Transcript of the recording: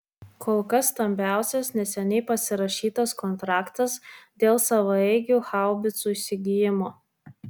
kol kas stambiausias neseniai pasirašytas kontraktas dėl savaeigių haubicų įsigijimo